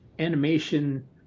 animation